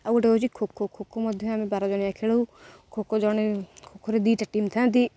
ଆଉ ଗୋଟେ ହେଉଛି ଖଖୋ ଖଖୋ ମଧ୍ୟ ଆମେ ବାର ଜଣିଆ ଖେଳୁ ଖୋଖୋ ଜଣେ ଖୋଖୋରେ ଦୁଇଟା ଟିମ୍ ଥାଆନ୍ତି